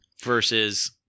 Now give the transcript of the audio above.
versus